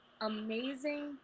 amazing